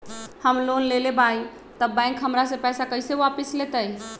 हम लोन लेलेबाई तब बैंक हमरा से पैसा कइसे वापिस लेतई?